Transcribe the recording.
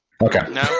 Okay